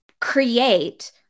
create